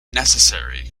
necessary